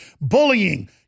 Bullying